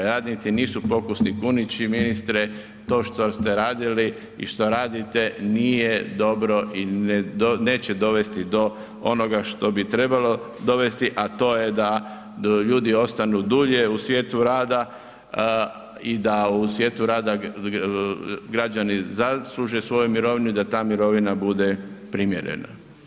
Radnici nisu pokusni kunići ministre, to što ste radili i što radite nije dobro i neće dovesti do onoga što bi trebalo dovesti, a to je da ljudi ostanu dulje u svijetu rada i da u svijetu rada građani zasluže svoju mirovinu i da ta mirovina bude primjerena.